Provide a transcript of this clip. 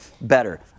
better